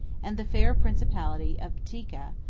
and the fair principality of boetica,